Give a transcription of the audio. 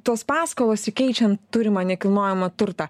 tos paskolos įkeičiant turimą nekilnojamą turtą